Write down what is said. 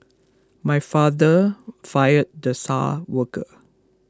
my father fired the star worker